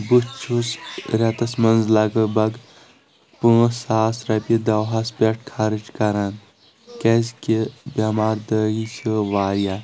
بہٕ چھُس رٮ۪تس منٛز لگ بگ پانٛژھ ساس رۄپیہِ دوہس پٮ۪ٹھ خرٕچ کران کیٛازِ کہِ بٮ۪مار دٲری چھ واریاہ